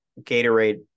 Gatorade